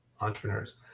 entrepreneurs